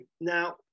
Now